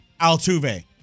Altuve